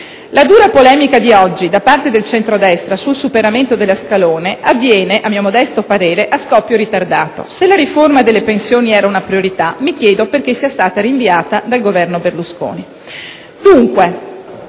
La dura polemica di oggi da parte del centro-destra sul superamento dello scalone avviene - a mio modesto parere - a scoppio ritardato. Se la riforma delle pensioni era una priorità, mi chiedo perché sia stata rinviata dal Governo Berlusconi.